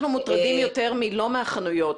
אנחנו מוטרדים יותר לא מהחנויות,